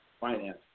finance